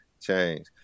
Change